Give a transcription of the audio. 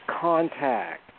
contact